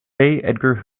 edgar